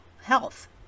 health